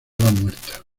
muerta